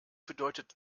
bedeutet